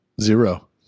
Zero